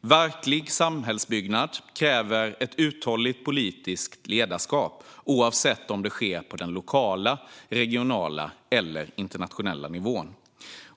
Verklig samhällsbyggnad kräver ett uthålligt politiskt ledarskap oavsett om det sker på den lokala, regionala eller internationella nivån.